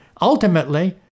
ultimately